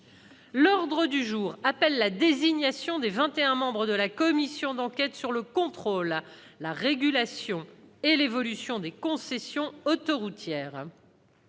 L'ordre du jour appelle la désignation des vingt et un membres de la commission d'enquête sur le contrôle, la régulation et l'évolution des concessions autoroutières.